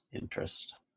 interest